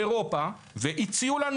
באירופה והציעו לנו,